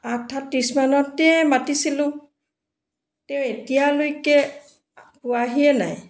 আঠটা ত্ৰিছ মানতেই মাতিছিলোঁ তেওঁ এতিয়ালৈকে পোৱাহিয়ে নাই